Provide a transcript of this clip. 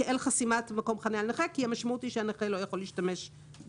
כאל חסימת מקום חניה לנכה כי המשמעות היא שהנכה לא יכול להשתמש במקום.